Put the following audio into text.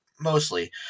mostly